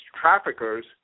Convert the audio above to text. traffickers